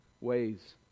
ways